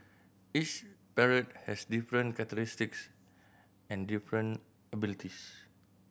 each parrot has different characteristics and different abilities